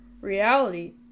reality